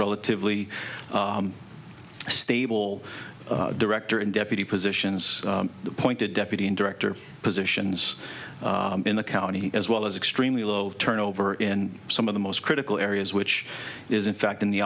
relatively stable director in deputy positions appointed deputy and director positions in the county as well as extremely low turnover in some of the most critical areas which is in fact in the